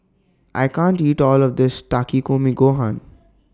I can't eat All of This Takikomi Gohan